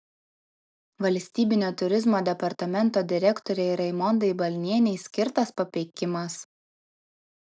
valstybinio turizmo departamento direktorei raimondai balnienei skirtas papeikimas